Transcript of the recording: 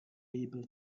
able